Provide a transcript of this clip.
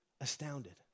astounded